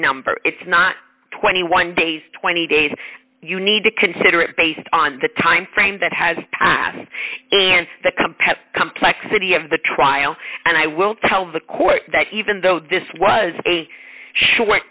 number it's not twenty one days twenty days you need to consider it based on the time frame that has passed and the competitive complexity of the trial and i will tell the court that even though this was a sho